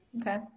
okay